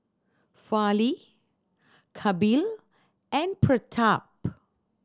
Fali Kapil and Pratap